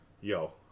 yo